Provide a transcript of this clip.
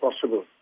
possible